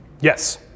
Yes